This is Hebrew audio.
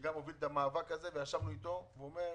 שגם הוביל את המאבק הזה, ישבנו איתו והוא אומר: